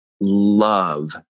love